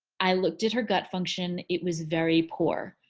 i looked at her gut function, it was very poor.